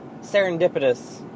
serendipitous